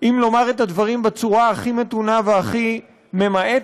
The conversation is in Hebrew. אם לומר את הדברים בצורה הכי מתונה והכי ממעטת.